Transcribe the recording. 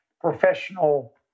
professional